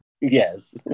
Yes